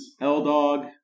L-Dog